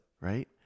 Right